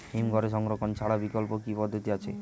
হিমঘরে সংরক্ষণ ছাড়া বিকল্প কি পদ্ধতি আছে?